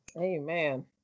Amen